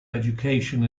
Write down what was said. education